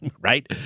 Right